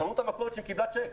חנות המכולת שקיבלה שיק,